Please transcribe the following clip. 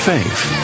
Faith